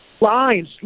lines